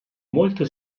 molto